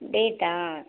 data